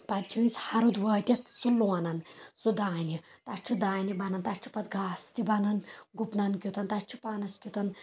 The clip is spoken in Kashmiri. پَتہٕ چھِ أسۍ ہرُد واتیٚتھ سُہ لونن سُہ دانہِ تَتھ چھُ دانہِ بَنن تَتھ چھُ پَتہٕ گاسہٕ تہِ بَنان گُپنَن کیُتھَن تَتھ چھُ پانَس کیُتھَن